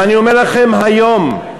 ואני אומר לכם היום,